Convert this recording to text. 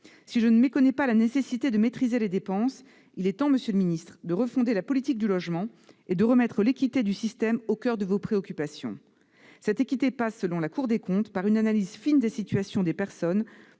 Si je ne méconnais pas la nécessité de maîtriser les dépenses, je considère qu'il est temps, monsieur le ministre, de refonder la politique du logement et de remettre l'équité du système au coeur de vos préoccupations. Cette équité, selon la Cour des comptes, passe par l'analyse fine de la situation des personnes